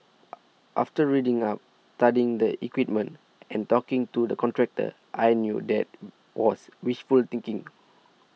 after reading up studying the equipment and talking to the contractor I knew that was wishful thinking